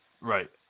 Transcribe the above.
right